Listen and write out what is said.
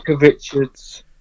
Richards